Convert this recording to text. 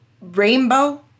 rainbow